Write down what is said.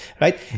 right